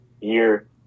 year